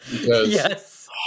yes